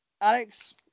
Alex